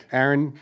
Aaron